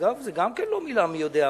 אגב, זו גם לא מלה מי-יודע-מה.